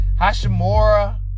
Hashimura